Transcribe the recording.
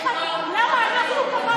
בחיים לא ראיתי דבר כזה.